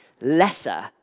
lesser